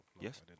Yes